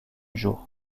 jour